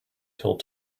till